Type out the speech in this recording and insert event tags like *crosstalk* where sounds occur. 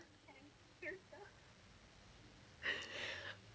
*laughs*